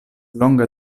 longa